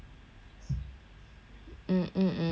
mm mm mm mmhmm mm